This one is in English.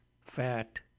fat